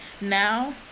now